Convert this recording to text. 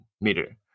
meter